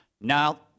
Now